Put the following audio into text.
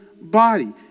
body